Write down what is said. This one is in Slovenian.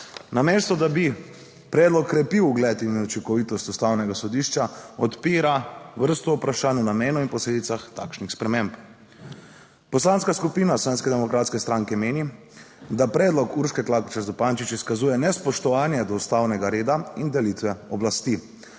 Namesto da bi predlog krepil ugled in učinkovitost ustavnega sodišča, odpira vrsto vprašanj o namenu in posledicah takšnih sprememb. Poslanska skupina Slovenske demokratske stranke meni, da predlog Urške Klakočar Zupančič izkazuje nespoštovanje do ustavnega reda in delitve oblasti.